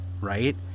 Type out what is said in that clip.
right